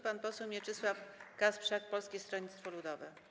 Pan poseł Mieczysław Kasprzak, Polskie Stronnictwo Ludowe.